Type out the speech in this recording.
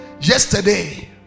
yesterday